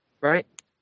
Right